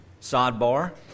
sidebar